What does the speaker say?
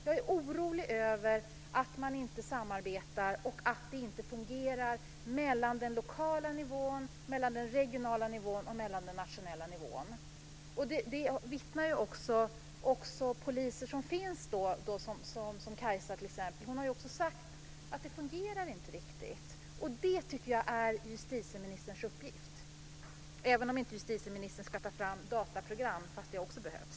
Jag är orolig över att man inte samarbetar, att det inte fungerar mellan den lokala nivån, den regionala nivån och den nationella nivån. Poliser som Kajsa Wahlberg har sagt att det fungerar inte. Det är justitieministerns uppgift, även om justitieministern inte ska ta fram dataprogram - fast de också behövs!